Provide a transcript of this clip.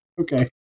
Okay